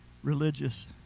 religious